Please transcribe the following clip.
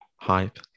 hype